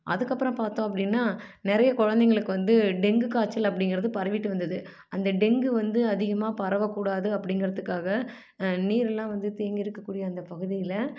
அதுக்கப்புறம் பார்த்தோம் அப்படின்னா நிறைய குழந்தைகளுக்கு வந்து டெங்கு காய்ச்சல் அப்படிங்குறது பரவிகிட்டு வந்தது அந்த டெங்கு வந்து அதிகமாக பரவக்கூடாது அப்படிங்கறத்துக்காக நீரெலாம் வந்து தேங்கி இருக்கக்கூடிய அந்த பகுதியில்